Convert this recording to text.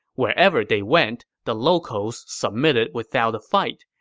wherever they went, the locals submitted without a fight,